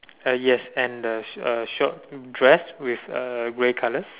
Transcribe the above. uh yes and the sh~ uh short dress with uh grey colour